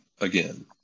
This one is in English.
again